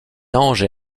anges